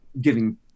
giving